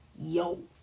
Yo